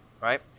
right